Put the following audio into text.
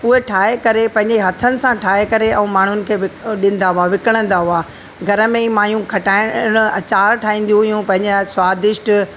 उहा ठाहे करे पंहिंजे हथनि सां ठाहे करे ऐं माण्हुनि खे विक ॾींदा हुआ विकणंदा हुआ घर में ई मायूं खटाणि अचार ठाहींदियूं हुयूं पंहिंजे स्वादिष्ट